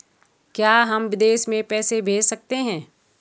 क्या हम विदेश में पैसे भेज सकते हैं?